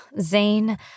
Zane